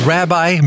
Rabbi